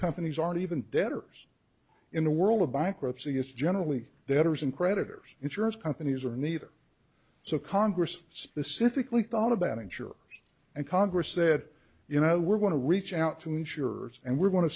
companies aren't even debtors in the world of bankruptcy is generally debtors and creditors insurance companies are neither so congress specifically thought about insurers and congress said you know we're going to reach out to insurers and we want to